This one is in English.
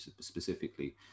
specifically